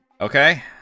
Okay